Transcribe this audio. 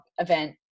event